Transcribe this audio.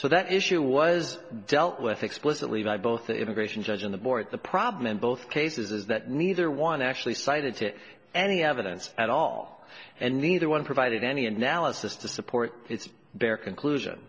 so that issue was dealt with explicitly by both the immigration judge and the board the problem in both cases is that neither one actually cited to any evidence at all and neither one provided any analysis to support it's their conclusion